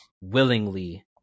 willingly